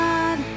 God